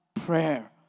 prayer